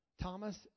Thomas